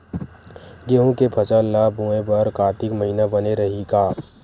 गेहूं के फसल ल बोय बर कातिक महिना बने रहि का?